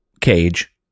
cage